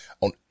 on